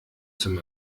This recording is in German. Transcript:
zum